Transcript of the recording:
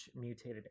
mutated